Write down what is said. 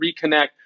reconnect